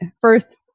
first